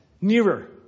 nearer